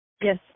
yes